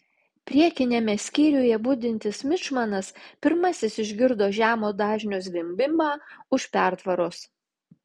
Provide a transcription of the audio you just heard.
priekiniame skyriuje budintis mičmanas pirmasis išgirdo žemo dažnio zvimbimą už pertvaros